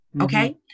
Okay